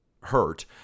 Hurt